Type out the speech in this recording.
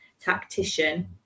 tactician